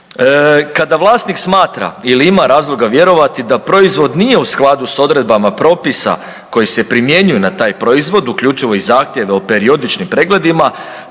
Kada vlasnik smatra ili ima razloga vjerovati da proizvod nije u skladu s odredbama propisa koji se primjenjuju na taj proizvod, uključivo i zahtjeve o periodičnim pregledima,